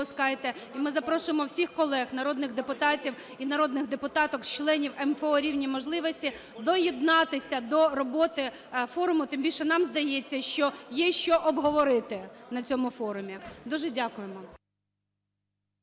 ми запрошуємо всіх колег народних депутатів і народних депутаток-членів МФО "Рівні можливості" доєднатись до роботи форуму. Тим більше, нам здається, що є що обговорити на цьому форумі. Дуже дякуємо.